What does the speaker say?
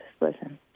listen